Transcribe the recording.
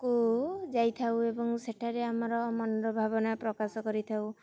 କୁ ଯାଇଥାଉ ଏବଂ ସେଠାରେ ଆମର ମନର ଭାବନା ପ୍ରକାଶ କରିଥାଉ